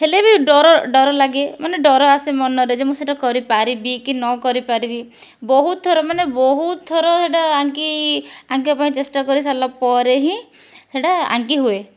ହେଲେ ବି ଡର ଡର ଲାଗେ ମାନେ ଡର ଆସେ ମନରେ ଯେ ମୁଁ ସେଇଟା କରିପାରିବି କି ନକରିପାରିବି ବହୁତ ଥର ମାନେ ବହୁତ ଥର ସେଇଟା ଆଙ୍କି ଆଙ୍କିବା ପାଇଁ ଚେଷ୍ଟା କରିସାରିଲା ପରେ ହିଁ ସେଇଟା ଆଙ୍କି ହୁଏ